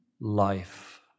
life